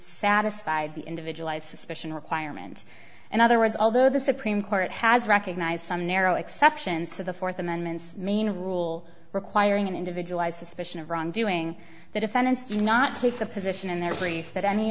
satisfied the individualized suspicion requirement in other words although the supreme court has recognized some narrow exceptions to the fourth amendments main rule requiring an individualized suspicion of wrongdoing the defendants do not take the position in their brief that any